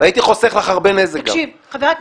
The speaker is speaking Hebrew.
והייתי חוסך לך הרבה נזק ציבורי.